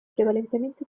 prevalentemente